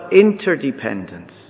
interdependence